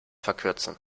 verkürzen